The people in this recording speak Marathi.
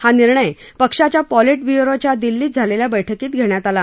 हा निर्णय पक्षाच्या पॉलिटब्यूरोच्या दिल्लीत झालेल्या बैठकीत घेण्यात आला